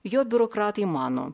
jo biurokratai mano